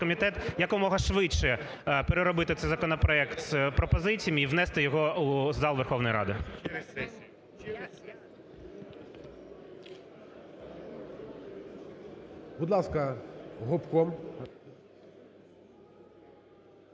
комітет якомога швидше переробити цей законопроект з пропозиціями і внести його у зал Верховної Ради.